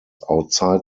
outside